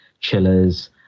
chillers